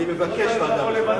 אני מבקש ועדה משותפת.